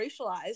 racialized